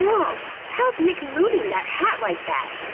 yeah how's nick moving that hat like that?